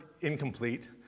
incomplete